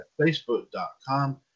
facebook.com